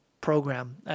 program